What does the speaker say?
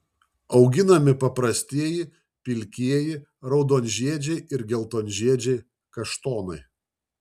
auginami paprastieji pilkieji raudonžiedžiai ir geltonžiedžiai kaštonai